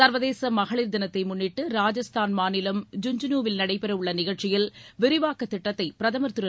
சர்வதேச மகளிர் தினத்தை முன்னிட்டு ராஜஸ்தான் மாநிலம் ஜுன்ஜனுவில் நடைபெறவுள்ள நிகழ்ச்சியில் விரிவாக்கத் திட்டத்தை பிரதமர் திரு